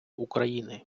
україни